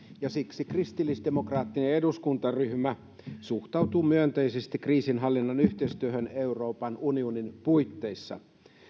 ja siksi kristillisdemokraattinen eduskuntaryhmä suhtautuu myönteisesti kriisinhallinnan yhteistyöhön euroopan unionin puitteissa